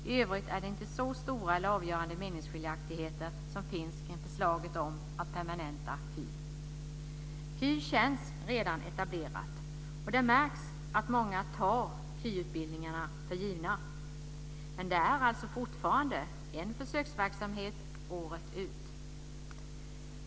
I övrigt finns det inte så stora eller avgörande meningsskiljaktigheter kring förslaget om att permanenta KY. KY känns redan etablerat. Det märks att många tar KY-utbildningarna för givna. Men det är alltså fortfarande en försöksverksamhet året ut.